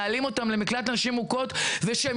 להעלים אותם למקלט נשים מוכות ושהם